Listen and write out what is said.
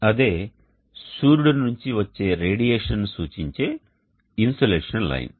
అదే సూర్యుడి నుండి వచ్చే రేడియేషన్ను సూచించే ఇన్సోలేషన్ లైన్